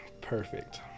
Perfect